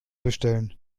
bestellen